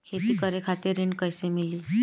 खेती करे खातिर ऋण कइसे मिली?